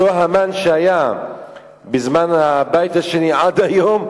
אותו המן שהיה בזמן הבית השני ועד היום.